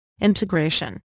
integration